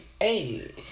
hey